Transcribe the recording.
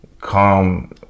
calm